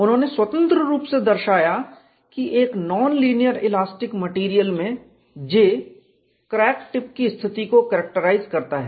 उन्होंने स्वतंत्र रूप से दर्शाया कि एक नॉनलीनियर इलास्टिक मैटेरियल में J क्रैक टिप की स्थिति को कैरक्टराइज करता है